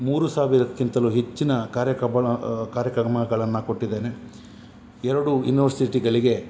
ಮೂರು ಸಾವಿರಕ್ಕಿಂತಲು ಹೆಚ್ಚಿನ ಕಾರ್ಯಕ್ರಬಣ ಕಾರ್ಯಕ್ರಮಗಳನ್ನು ಕೊಟ್ಟಿದ್ದೇನೆ ಎರಡು ಯುನಿವರ್ಸಿಟಿಗಳಿಗೆ